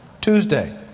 Tuesday